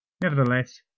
Nevertheless